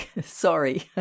Sorry